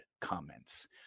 comments